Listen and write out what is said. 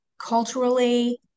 culturally